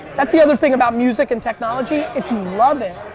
that's the other thing about music and technology, if you love it,